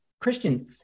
Christian